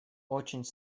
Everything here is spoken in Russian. очень